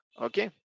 okay